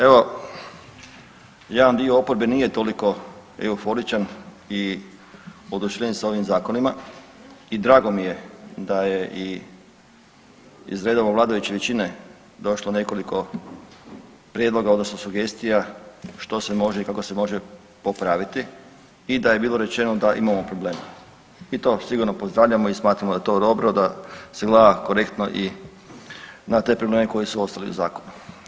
Evo jedan dio oporbe nije toliko euforičan i oduševljen s ovim zakonima i drago mi je da je i iz redova vladajuće većine došlo nekoliko prijedloga odnosno sugestija što se može i kako se može popraviti i ta je bilo rečeno da imamo problema i to sigurno pozdravljamo i smatramo da je to dobro da se gleda korektno i na te probleme koji su ostali u zakonu.